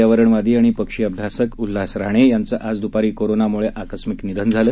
ज्येष्ठ पर्यावरणवादी आणि पक्षी अभ्यासक उल्हास राणे यांचं आज दुपारी कोरोनामुळे आकस्मिक निधन झालं